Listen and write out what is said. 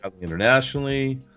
internationally